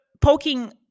poking